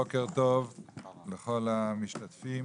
בוקר טוב לכל המשתתפים